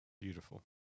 Beautiful